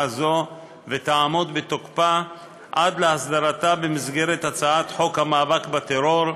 זאת ותעמוד בתוקפה עד להסדרתה במסגרת הצעת חוק המאבק בטרור,